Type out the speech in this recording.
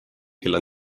kella